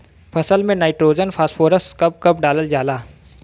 फसल में nitrogen phosphorus कब कब डालल जाला?